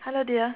hello dear